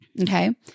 Okay